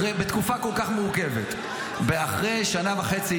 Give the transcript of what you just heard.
בתקופה כל כך מורכבת ואחרי שנה וחצי,